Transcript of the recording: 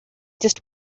just